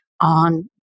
on